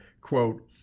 quote